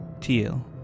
teal